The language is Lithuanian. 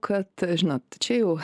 kad žinot čia jau